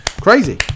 Crazy